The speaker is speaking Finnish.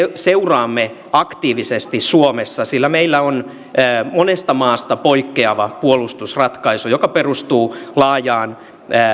seuraamme aktiivisesti suomessa sillä meillä on monesta maasta poikkeava puolustusratkaisu joka perustuu laajaan